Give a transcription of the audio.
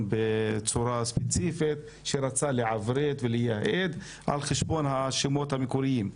בצורה ספציפית שרצה לעברת וליהד על חשבון השמות המקוריים.